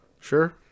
Sure